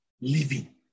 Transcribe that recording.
living